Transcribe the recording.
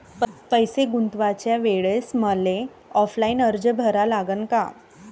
पैसे गुंतवाच्या वेळेसं मले ऑफलाईन अर्ज भरा लागन का?